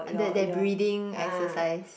that that breathing exercise